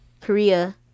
korea